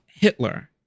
Hitler